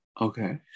Okay